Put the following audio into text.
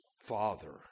father